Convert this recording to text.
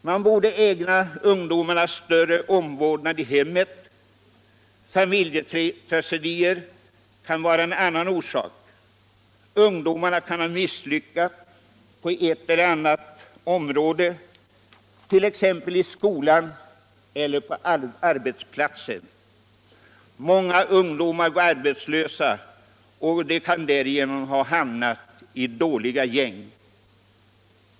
Ungdomarna borde ägnas större omvårdnad i hemmen. Familjetragedier kan vara en bidragande faktor. Ungdomarna kan ha misslyckats på ett eller annat område, t.ex. i skolan eller på arbetsplatsen. Många ungdomar går arbetslösa, och de kan därigenom ha hamnat i dåliga gäng.